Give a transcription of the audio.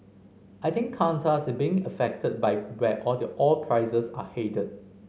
I think Qantas is being affected by where the oil prices are headed